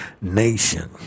nation